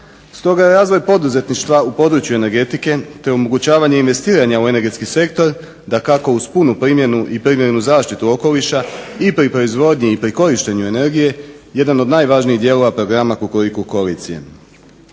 Stoga je razvoj poduzetništva u području energetike te omogućavanje investiranja u energetski sektor dakako uz punu primjenu i primjenu zaštite okoliša i pri proizvodnji i pri korištenju energije jedan od najvažnijih dijelova programa Kukuriku koalicije.